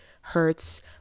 hurts